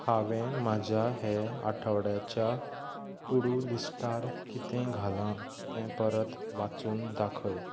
हांवें म्हज्या हे आठवड्याच्या टू डू लिस्टार कितें घालां तें परत वाचून दाखय